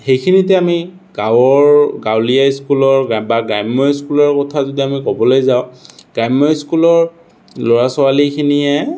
সেইখিনিতে আমি গাঁৱৰ গাঁৱলীয়া স্কুলৰ বা গ্ৰাম্য স্কুলৰ কথা যদি আমি ক'বলৈ যাওঁ গ্ৰাম্য স্কুলৰ ল'ৰা ছোৱালীখিনিয়ে